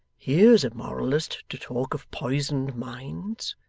here's a moralist to talk of poisoned minds!